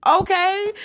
okay